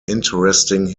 interesting